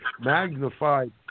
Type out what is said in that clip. magnified